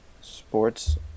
Sports